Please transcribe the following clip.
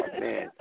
man